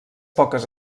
poques